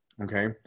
Okay